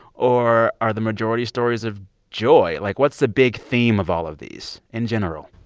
or are the majority stories of joy? like, what's the big theme of all of these in general?